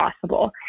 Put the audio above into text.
possible